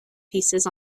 pieces